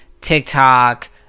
TikTok